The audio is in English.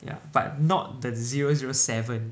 ya but not the zero zero seven